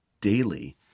daily